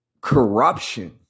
corruption